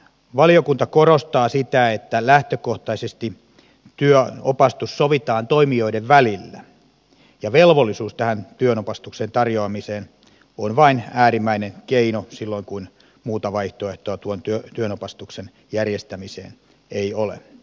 valiokunta korostaa sitä että lähtökohtaisesti työnopastus sovitaan toimijoiden välillä ja velvollisuus tähän työnopastuksen tarjoamiseen on vain äärimmäinen keino silloin kun muuta vaihtoehtoa tuon työnopastuksen järjestämiseen ei ole